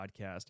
podcast